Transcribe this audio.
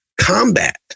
combat